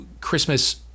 christmas